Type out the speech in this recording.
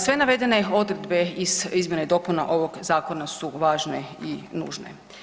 Sve navedene odredbe iz izmjena i dopuna ovog zakona su važne i nužne.